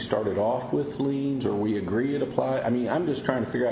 started off with liens are we agreed apply i mean i'm just trying to figure out